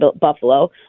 Buffalo